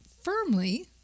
firmly